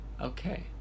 okay